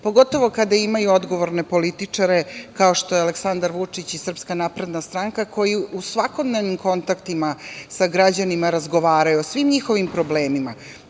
pogotovo kada imaju odgovorne političare kao što je Aleksandar Vučić i Srpska napredna stranka, koji u svakodnevnim kontaktima sa građanima razgovaraju o svim njihovim problemima